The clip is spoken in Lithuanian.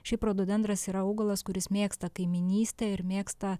šiaip rododendras yra augalas kuris mėgsta kaimynystę ir mėgsta